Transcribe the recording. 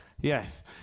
Yes